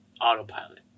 autopilot